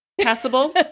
Passable